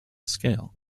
scale